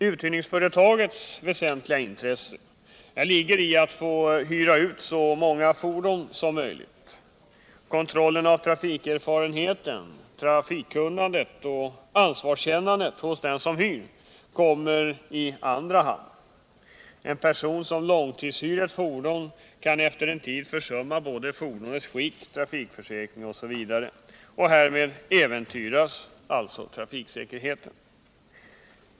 Uthyrningsföretagets väsentliga intresse ligger i att få hyra ut så många fordon som möjligt. Kontrollen av trafikerfarenheten, trafikkunnandet och ansvarskännandet hos den som hyr kommer i andra hand. En person som långtidshyr ett fordon kan efter en tid försumma fordonets skick, trafikförsäkring osv. Härmed äventyras trafiksäkerheten.